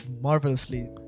marvelously